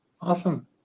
Awesome